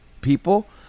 people